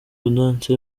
gaudence